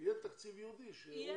יהיה תקציב ייעודי שהוא